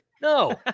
No